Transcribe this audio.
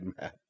man